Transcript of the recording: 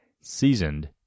seasoned